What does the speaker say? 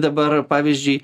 dabar pavyzdžiui